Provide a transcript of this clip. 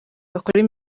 bakora